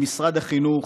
למשרד החינוך: